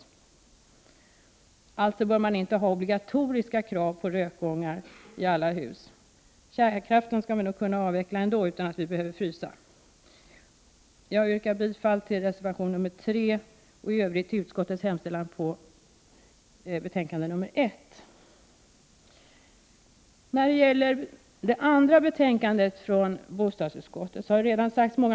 Man bör alltså inte ha obligatoriska krav på rökgångar i alla hus. Kärnkraften skall vi nog kunna avveckla ändå utan att vi behöver frysa. Jag yrkar bifall till reservation 3 och i övrigt till utskottets hemställan i dess betänkande nr 1. När det gäller bostadsutskottets betänkande nr 2 har många kloka ord redan sagts här.